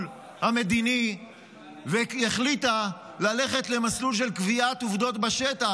המדיני והחליטה ללכת למסלול של קביעת עובדות בשטח,